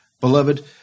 Beloved